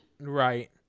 Right